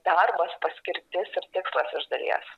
darbas paskirtis ir tikslas iš dalies